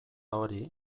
hori